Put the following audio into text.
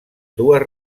dues